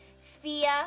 fear